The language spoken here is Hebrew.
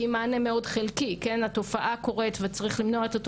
גם בני הנוער וגם קהל צעיר יותר, ביסודי.